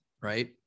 right